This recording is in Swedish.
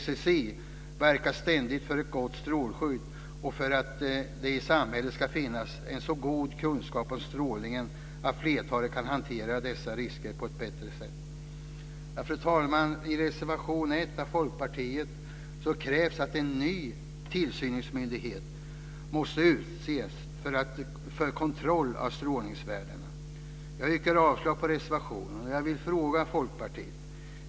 SSI verkar ständigt för ett gott strålskydd och för att det i samhället ska finnas en så god kunskap om strålningen att flertalet kan hantera dess risker på ett bättre sätt. Fru talman! I reservation 1 av Folkpartiet krävs att en ny tillsynsmyndighet måste utses för kontroll av strålningsvärdena. Jag yrkar avslag på reservationen och jag vill fråga Folkpartiet en sak.